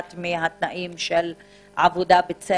מעבודה בתנאים של קורונה.